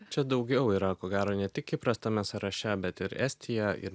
čia daugiau yra ko gero ne tik kipras tame sąraše bet ir estija ir